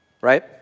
right